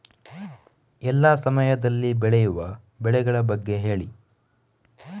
ಎಲ್ಲಾ ಸಮಯದಲ್ಲಿ ಬೆಳೆಯುವ ಬೆಳೆಗಳ ಬಗ್ಗೆ ಹೇಳಿ